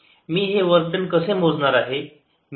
मी हे work done कसे मोजणार आहे